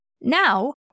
Now